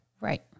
Right